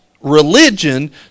religion